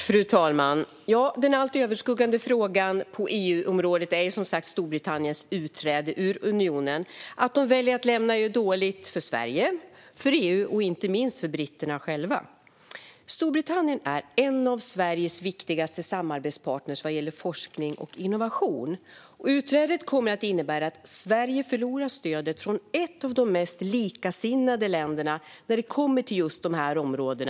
Fru talman! Den allt överskuggande frågan på EU-området är, som sagt, Storbritanniens utträde ur unionen. Att de väljer att lämna unionen är dåligt för Sverige, för EU och inte minst för britterna själva. Storbritannien är en av Sveriges viktigaste samarbetspartner vad gäller forskning och innovation. Utträdet kommer att innebära att Sverige förlorar stödet från ett av de mest likasinnade länderna när det gäller just dessa områden.